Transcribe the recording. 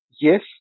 Yes